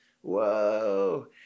Whoa